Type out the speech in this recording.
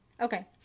Okay